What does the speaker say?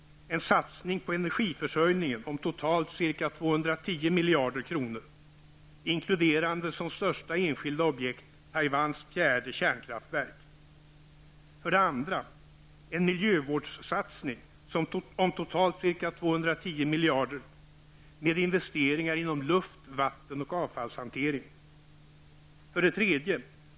En miljövårdssatsning om totalt ca 210 miljarder kronor med investeringar inom luft-, vatten och avfallshantering. 3.